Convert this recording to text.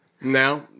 Now